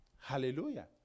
Hallelujah